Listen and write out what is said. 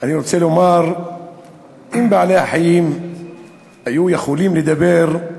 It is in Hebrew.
אני רוצה לומר שאם בעלי-החיים היו יכולים לדבר,